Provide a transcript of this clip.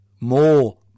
more